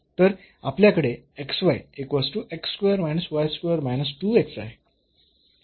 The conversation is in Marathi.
तर आपल्याकडे आहे